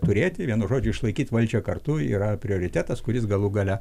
turėti vienu žodžiu išlaikyt valdžią kartu yra prioritetas kuris galų gale